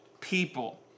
people